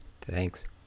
Thanks